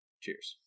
cheers